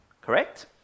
Correct